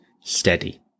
steady